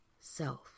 self